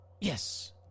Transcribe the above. Yes